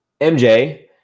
MJ